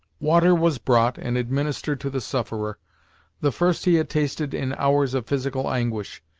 water was brought and administered to the sufferer the first he had tasted in hours of physical anguish.